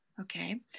Okay